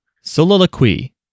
Soliloquy